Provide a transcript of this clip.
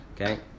Okay